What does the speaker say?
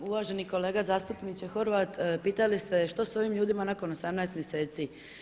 Uvaženi kolega zastupniče Horvat, pitali ste što sa ovim ljudima nakon 18 mjeseci.